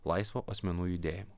laisvo asmenų judėjimo